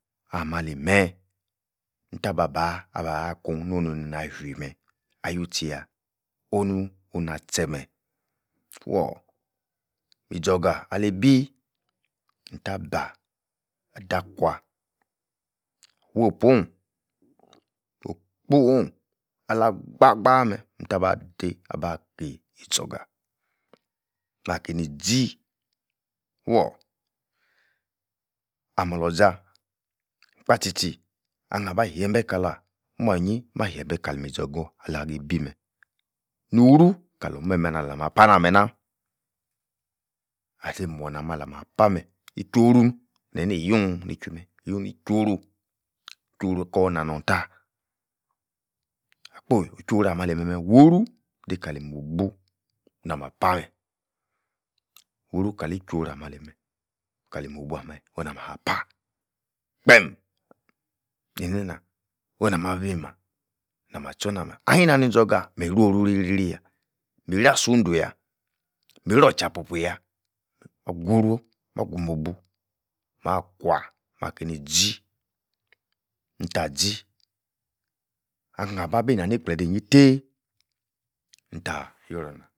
Ah-mah-li-meh, nitah-ba-bah abah akun no-nun na fii meh, ah-wui-tchi-yah, onu, oh-natche-meh woor!!, mizorga alibi, nitah bah adakwa, woh-pwor'hn okpu-o'hn ala-gba-gbaaah-meh, tabah-dei, abaki izorgah makeini zii, woor, amoloza, kpa tchi-tchi aha-bah hiebeh kalua omyi-nyi, mah-biebeh kala-mizorgah ali-bi-meh no'h-oru-kala-or-meh ala-mah-pana meh-nah asi-muorna-meh-alah mah pah meh, e-chworu neni yun ni chwui-meh, yi-yunh ni-chworu, e-chworu kor nah-norhn tah akpio, e-chworu ah-meh ali-meh, woru, dei-kali mobu na-mah pah-meh, woru kali e-chworu ah-meh ali-meh, kali-mobu ah-meh na-mah pah kpeem keinenia oh-nama-bi-mah na-mah tchor-nah meh ahin-nani-mizorga, miruoru iriri-yah, mirasun du-yah miror-orchapupu-yah, mah-kworu, mah kwui-mobu, mah-kwah, makeinizi nitah-zi ahan babi nah-ni gbleeh dei inyi tei, nta yoronah.